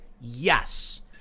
yes